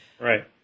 right